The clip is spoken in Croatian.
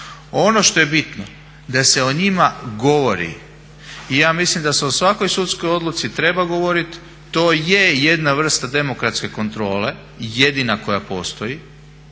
Ono što je bitno da se o njima govori i ja mislim da se o svakoj sudskoj odluci treba govoriti, to je jedna vrsta demokratske kontrole i jedina koja postoji